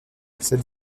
cette